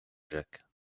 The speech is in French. jacques